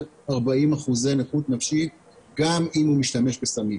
40 אחוזי נכות נפשית גם אם הוא משתמש בסמים.